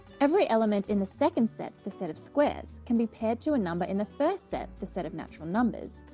every element in the second set, the set of squares, can be paired to a number in the first set, the set of natural numbers.